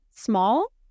Small